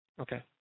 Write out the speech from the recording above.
Okay